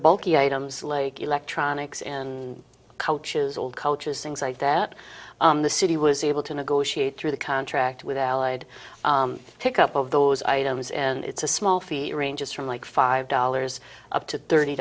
bulky items like electronics and coaches all cultures things like that the city was able to negotiate through the contract with allied pick up of those items and it's a small feat ranges from like five dollars up to thirty